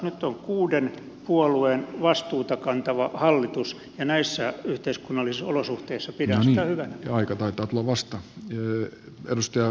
nyt on kuuden puolueen vastuuta kantava hallitus ja näissä yhteiskunnallisissa olosuhteissa pidän sitä hyvänä